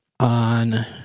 on